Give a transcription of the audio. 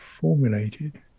formulated